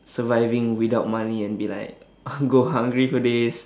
surviving without money and be like go hungry for days